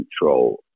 control